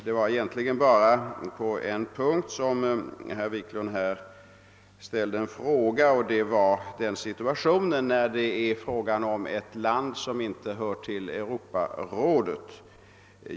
Det var egentligen bara på en punkt som herr Wiklund ställde en fråga, och det gällde den situation som uppstår när vederbörande land inte hör till Europarådet.